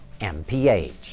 MPH